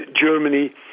Germany